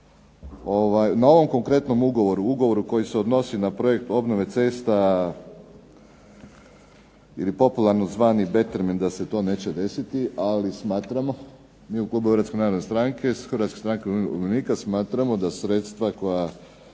na ovom konkretnom ugovoru, ugovoru koji se odnosi na projekt obnove cesta ili popularno zvani Betterment da se to neće desiti, ali smatramo mi u klubu Hrvatske narodne stranke, Hrvatske stranke umirovljenika smatramo da sredstva koja